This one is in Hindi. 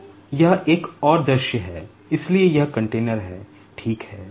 तो यह एक और दृश्य है इसलिए यह कंटेनर है ठीक है